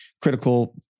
critical